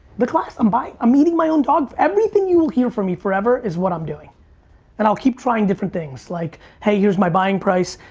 the class, i'm buying, i'm eating my own, um everything you'll hear from me forever is what i'm doing and i'll keep trying different things like, hey, here's my buying price.